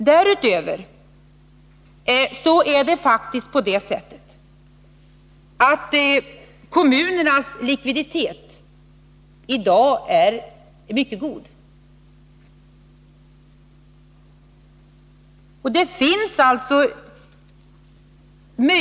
Därutöver är det faktiskt på det sättet att kommunernas likviditet i dag är mycket god.